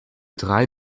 drei